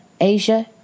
Asia